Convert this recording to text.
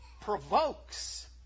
provokes